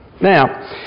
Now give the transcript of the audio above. Now